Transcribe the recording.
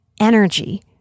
energy